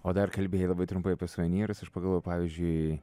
o dar kalbėjai labai trumpai apie suvenyrus aš pagalvojau pavyzdžiui